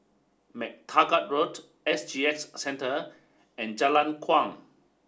Mac Taggart Road S G X Centre and Jalan Kuang